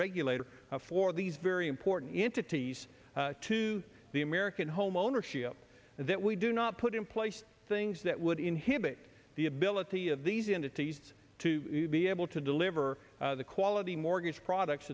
regulator for these very important entities to the american homeownership that we do not put in place things that would inhibit the ability of these entities to be able to deliver the quality mortgage products